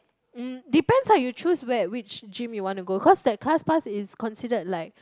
mm depends lah you choose where which gym you wanna go cause that class pass is considered like